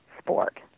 sport